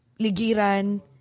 Ligiran